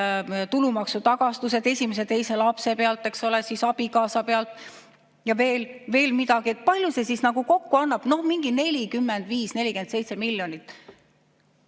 tulumaksutagastused esimese ja teise lapse pealt, eks ole, siis abikaasa pealt ja veel midagi, et palju see siis kokku annab. Noh, mingi 45–47 miljonit.